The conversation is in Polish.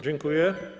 Dziękuję.